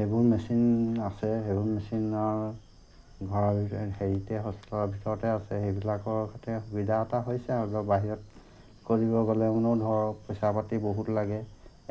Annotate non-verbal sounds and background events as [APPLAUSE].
সেইবোৰ মেচিন আছে সেইবোৰ মেচিনৰ [UNINTELLIGIBLE] হেৰিতে হস্পিতেলৰ ভিতৰতে আছে সেইবিলাকৰ সৈতে সুবিধা এটা হৈছে আৰু যে বাহিৰত কৰিব গ'লেওনো ধৰক পইচা পাতি বহুত লাগে